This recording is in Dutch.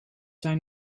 zijn